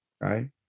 right